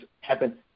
happen